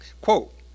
Quote